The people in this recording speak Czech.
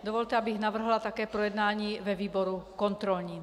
Dovolte, abych navrhla také projednání ve výboru kontrolním.